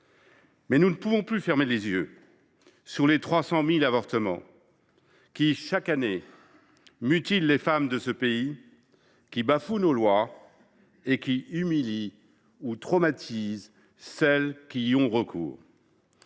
Mais nous ne pouvons plus fermer les yeux sur les 300 000 avortements qui, chaque année, mutilent les femmes de ce pays, qui bafouent nos lois et qui humilient ou traumatisent celles qui y ont recours.